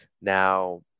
now